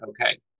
okay